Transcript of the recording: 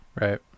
Right